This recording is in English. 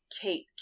kate